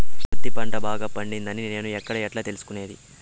పత్తి పంట బాగా పండిందని నేను ఎక్కడ, ఎట్లా తెలుసుకునేది?